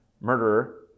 murderer